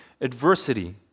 adversity